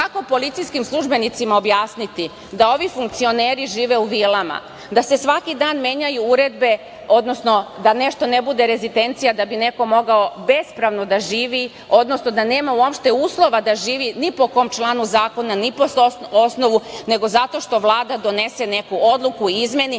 kako policijskim službenicima objasniti da ovi funkcioneri žive u vilama, da se svaki dan menjaju uredbe, odnosno da nešto ne bude rezidencija da bi neko mogao bespravno da živi, odnosno da nema uopšte uslova da živi ni po kom članu zakona, ni po osnovu, nego zato što Vlada donese neku odluku, izmeni,